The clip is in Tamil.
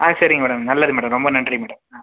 ஆ சரிங்க மேடம் நல்லது மேடம் ரொம்ப நன்றி மேடம் ஆ